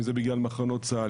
אם זה בגלל מחנות צה"ל,